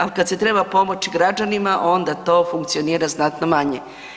Ali kad se treba pomoći građanima onda to funkcionira znatno manje.